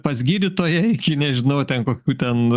pas gydytoją iki nežinau kokių ten